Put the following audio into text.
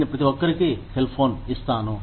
నేను ప్రతి ఒక్కరికి సెల్ ఫోన్ ఇస్తాను